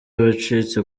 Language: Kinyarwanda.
abacitse